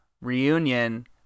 Reunion